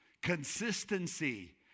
consistency